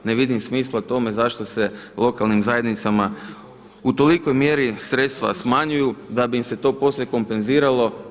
Ne vidim smisla tome zašto se lokalnim zajednicama u tolikoj mjeri sredstva smanjuju da bi im se to poslije kompenziralo.